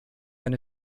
eine